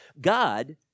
God